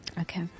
Okay